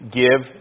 give